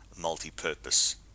multi-purpose